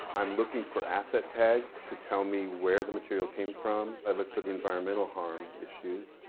i am looking for asset tags to tell me where the material came from. i look for the environmental harm issues.